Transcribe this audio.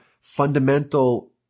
fundamental